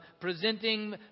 presenting